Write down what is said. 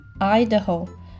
Idaho